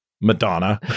Madonna